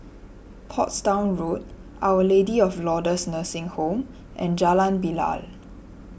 Portsdown Road Our Lady of Lourdes Nursing Home and Jalan Bilal